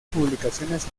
publicaciones